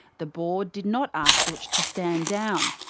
the board did not ask dootch to stand down,